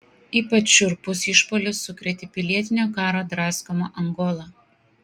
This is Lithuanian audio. ypač šiurpus išpuolis sukrėtė pilietinio karo draskomą angolą